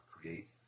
create